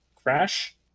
crash